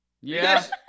Yes